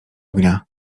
ognia